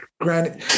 granted